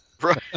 Right